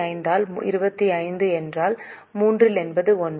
75 ஆல் 25 என்றால் 3 என்பது 1